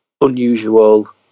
unusual